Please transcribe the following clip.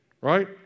right